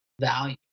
value